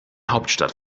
hauptstadt